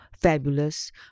fabulous